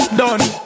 done